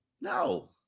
No